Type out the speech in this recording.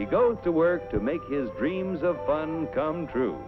he goes to work to make his dreams of fun come true